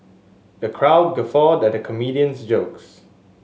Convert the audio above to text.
the crowd guffawed at the comedian's jokes